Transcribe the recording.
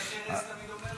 איך ארז תמיד אומר לי?